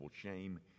shame